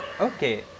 Okay